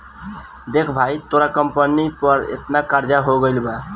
देख भाई तोरा कंपनी पर एतना कर्जा हो गइल बा